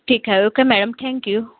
ठीक आहे okay ma'am thank you